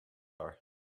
are